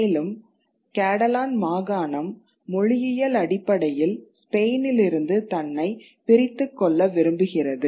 மேலும் காடலான் மாகாணம் மொழியியல் அடிப்படையில் ஸ்பெயினிலிருந்து தன்னை பிரித்துக் கொள்ள விரும்புகிறது